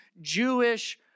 Jewish